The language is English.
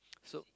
so